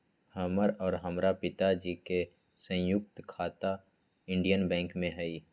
हमर और हमरा पिताजी के संयुक्त खाता इंडियन बैंक में हई